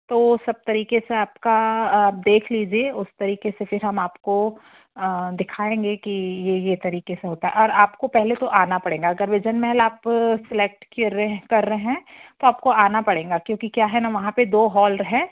तो सब तरीक़े से आपका आप देख लीजिए उस तरीक़े से फिर हम आपको दिखाएँगे कि यह यह तरीक़े से होता है और आपको पहले तो आना पड़ेगा अगर विज़न महल आप सेलेक्ट कर रहे हैं कर रहे हैं तो आपको आना पड़ेगा क्योंकि क्या है ना वहाँ पर दो हॉल हैं